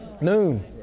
Noon